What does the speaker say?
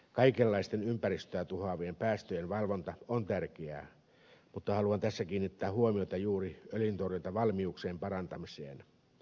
kaikenlaisten ympäristöä tuhoavien päästöjen valvonta on tärkeää mutta haluan tässä kiinnittää huomiota juuri öljyntorjuntavalmiuksien parantamiseen